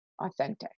authentic